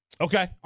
Okay